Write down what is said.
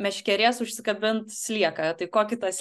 meškerės užsikabint slieką tai ko kitas